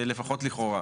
לפחות לכאורה.